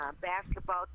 basketball